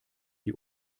die